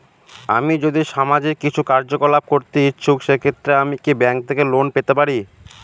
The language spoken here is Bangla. আমি যদি সামাজিক কিছু কার্যকলাপ করতে ইচ্ছুক সেক্ষেত্রে আমি কি ব্যাংক থেকে লোন পেতে পারি?